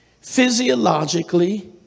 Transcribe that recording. physiologically